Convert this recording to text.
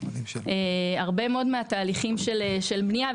הרבה מאוד מהתהליכים של הבנייה.